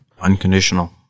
Unconditional